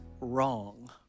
Wrong